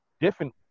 different